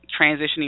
transitioning